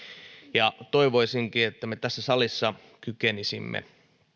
toivoisinkin että me tässä salissa kykenisimme